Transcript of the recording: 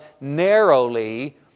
narrowly